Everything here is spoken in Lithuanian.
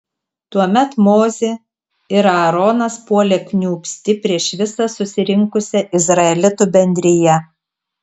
tuomet mozė ir aaronas puolė kniūbsti prieš visą susirinkusią izraelitų bendriją